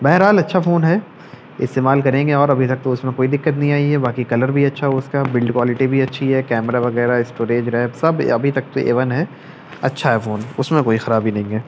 بہر حال اچھا فون ہے استعمال کریں گے اور ابھی تک تو اس میں کوئی دقت نہیں آئی ہے باقی کلر بھی اچھا ہے اس کا بلڈ کوالٹی بھی اچھی ہے کیمرہ وغیرہ اسٹوریج ریم سب ابھی تک تو اے ون ہے اچھا ہے فون اس میں کوئی خرابی نہیں ہے